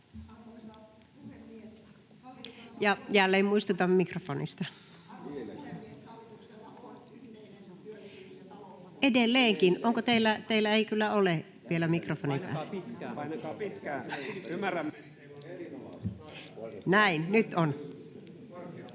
Ja jälleen muistutan mikrofonista. — Edelleenkin, teillä ei kyllä ole vielä mikrofoni päällä. — Näin, nyt on.